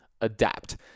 adapt